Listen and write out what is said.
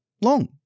long